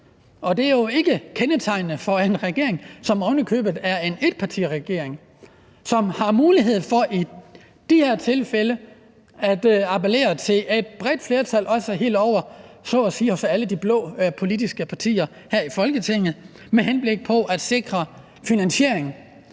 og det er jo ikke kendetegnende for en regering, som ovenikøbet er en etpartiregering, som har mulighed for i det her tilfælde at appellere til et bredt flertal, så at sige også helt ovre hos alle de blå politiske partier, her i Folketinget med henblik på at sikre en finansiering,